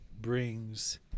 brings